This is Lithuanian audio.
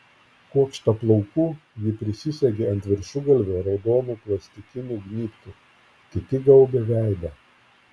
kuokštą plaukų ji prisisegė ant viršugalvio raudonu plastikiniu gnybtu kiti gaubė veidą